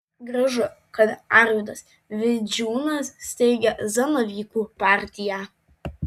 gražu kad arvydas vidžiūnas steigia zanavykų partiją